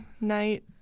night